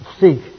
seek